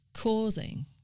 causing